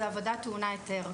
העבודה טעונה היתר.